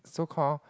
so call